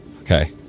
Okay